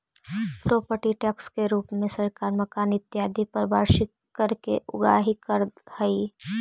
property tax के रूप में सरकार मकान इत्यादि पर वार्षिक कर के उगाही करऽ हई